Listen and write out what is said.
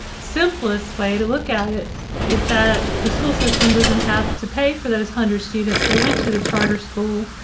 simplest way to look at it is that the school system doesn't have to pay for those hundred students, they went to the charter school.